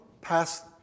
past